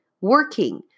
working